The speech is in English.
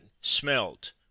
smelt